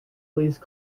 please